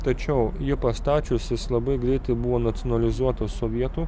tačiau jį pastačius jis labai greitai buvo nacionalizuotas sovietų